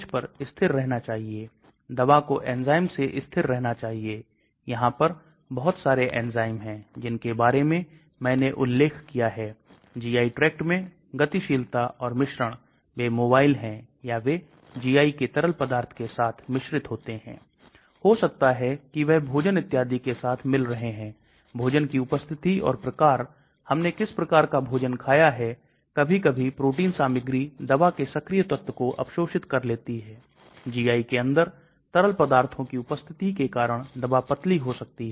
यह संरचनात्मक गुण जो शरीर में एक कंपाउंड के in Vivo फॉर्म pharmacokinetics और विषाक्तता को निर्धारित करते हैं जैसे ADME A का मतलब है अवशोषण D का मतलब है वितरण M का मतलब है उपापचय E का मतलब है उत्सर्जन और बेशक आजकल वह इसमें T भी शामिल करते हैं जिसे T विषाक्तता कहते हैं